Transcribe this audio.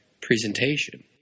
presentation